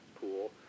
pool